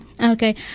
Okay